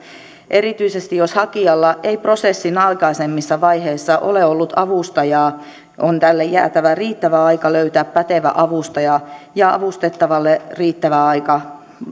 erityisesti jos hakijalla ei prosessin aikaisemmissa vaiheissa ole ollut avustajaa on tälle jäätävä riittävä aika löytää pätevä avustaja ja avustettavalle riittävä aika